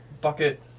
bucket